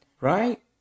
Right